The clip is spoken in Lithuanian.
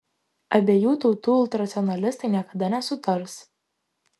abiejų tautų ultranacionalistai niekada nesutars